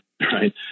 right